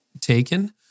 taken